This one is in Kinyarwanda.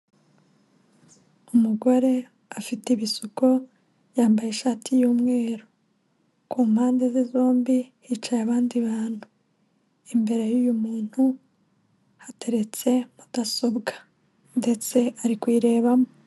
Umugore afite ibisuko yambaye ishati y'umweru, ku mpande ze zombi hicaye abandi bantu, imbere y'uyu muntu hateretse mudasobwa ndetse ari kuyirebamo.